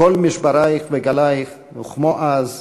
כל משבריך וגליך / וכמו אז,